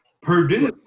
Purdue